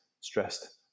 stressed